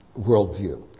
worldview